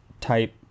type